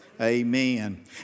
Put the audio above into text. Amen